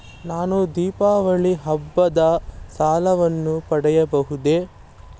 ನಾನು ದೀಪಾವಳಿ ಹಬ್ಬದ ಸಾಲವನ್ನು ಪಡೆಯಬಹುದೇ?